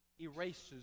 erases